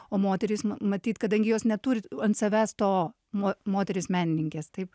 o moterys na matyt kadangi jos neturit ant savęs to mo moterys menininkės taip